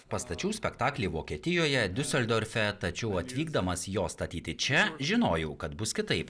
pastačiau spektaklį vokietijoje diuseldorfe tačiau atvykdamas jo statyti čia žinojau kad bus kitaip